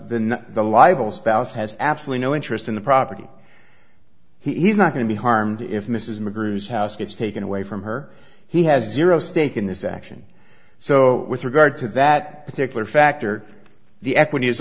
then the libel spouse has absolutely no interest in the property he's not going to be harmed if mrs mcgrew house gets taken away from her he has zero stake in this action so with regard to that particular factor the equity is